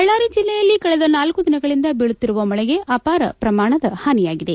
ಬಳ್ಳಾಲಿ ಜಿಲ್ಲೆಯಲ್ಲ ಕಳೆದ ನಾಲ್ವೈದು ದಿನಗಳಂದ ಚೀಳುತ್ತಿರುವ ಮಳೆಗೆ ಅಪಾರ ಪ್ರಮಾಣದ ಹಾನಿಯಾಲಿದೆ